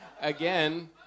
Again